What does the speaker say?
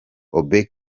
muri